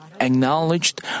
acknowledged